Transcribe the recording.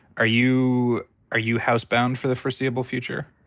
are you are you housebound for the foreseeable future?